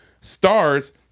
Stars